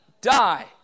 die